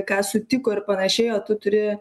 ką sutiko ir panašiai o tu turi